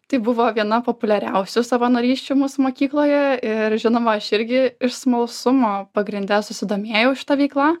tai buvo viena populiariausių savanorysčių mūsų mokykloje ir žinoma aš irgi iš smalsumo pagrinde susidomėjau šita veikla